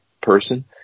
person